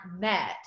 met